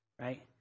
right